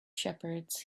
shepherds